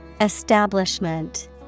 Establishment